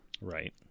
Right